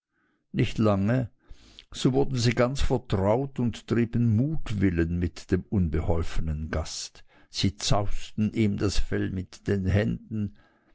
nicht lange so wurden sie ganz vertraut und trieben mutwillen mit dem unbeholfenen gast sie zausten ihm das fell mit den händen